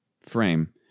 frame